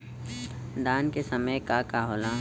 धान के समय का का होला?